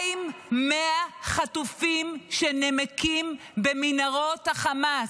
מה עם 100 חטופים שנמקים במנהרות החמאס?